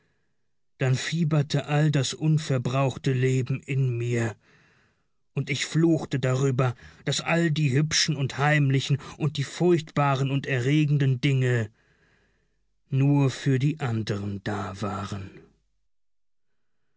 dann fieberte all das unverbrauchte leben in mir und ich fluchte darüber daß all die hübschen und heimlichen und die furchtbaren und erregenden dinge nur für die anderen da waren